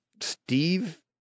Steve